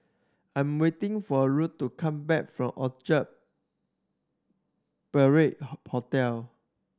I'm waiting for Ruth to come back from Orchard Parade Ho Hotel